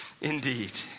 indeed